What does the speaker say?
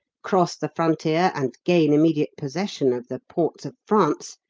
cross the frontier, and gain immediate possession of the ports of france,